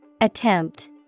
Attempt